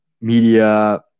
media